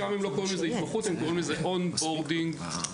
שם הם לא קוראים לזה התמחות אלא On Boarding Program.